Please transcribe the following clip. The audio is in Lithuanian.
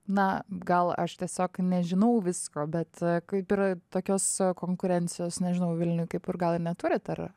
na gal aš tiesiog nežinau visko bet kaip yra tokios konkurencijos nežinau vilniuj kaip ir gal ir neturit ar